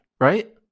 Right